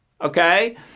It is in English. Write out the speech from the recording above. okay